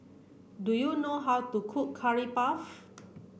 do you know how to cook curry puff